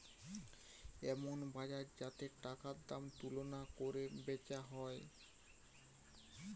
এমন বাজার যাতে টাকার দাম তুলনা কোরে বেচা হয়